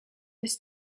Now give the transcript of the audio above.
this